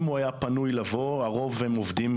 אם הוא היה פנוי לבוא, הרוב הם עובדים.